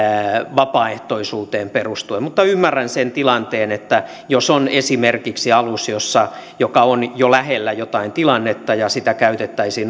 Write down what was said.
vapaaehtoisuuteen perustuen mutta ymmärrän sen tilanteen että jos on esimerkiksi alus joka on jo lähellä jotain tilannetta ja jota käytettäisiin